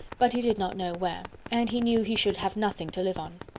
but he did not know where, and he knew he should have nothing to live on.